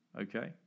okay